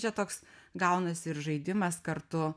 čia toks gaunasi ir žaidimas kartu